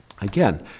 Again